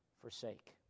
forsake